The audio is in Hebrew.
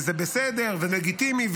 וזה בסדר ולגיטימי,